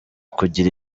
kugira